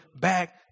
back